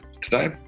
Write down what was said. today